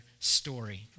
story